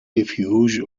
refuge